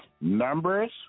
numbers